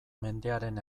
mendearen